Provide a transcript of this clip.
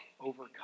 overcome